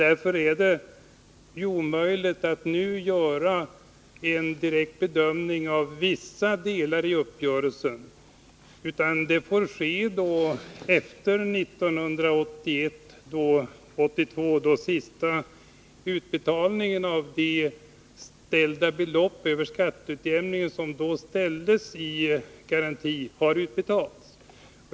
Därför är det omöjligt att nu göra en direkt bedömning av vissa delar i uppgörelsen. Det får ske efter 1981 och 1982, då den sista utbetalningen av beloppen i skatteutjämningen som ställdes i garanti har gjorts.